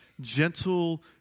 gentle